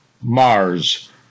Mars